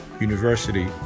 university